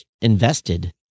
invested